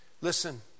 Listen